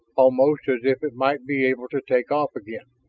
almost as if it might be able to take off again.